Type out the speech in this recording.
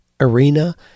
arena